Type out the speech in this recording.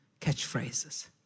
catchphrases